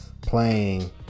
playing